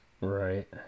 right